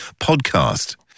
Podcast